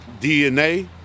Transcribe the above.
DNA